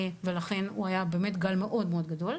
ולכן הוא היה באמת גל מאוד גדול.